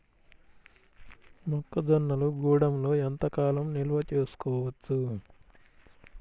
మొక్క జొన్నలు గూడంలో ఎంత కాలం నిల్వ చేసుకోవచ్చు?